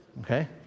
Okay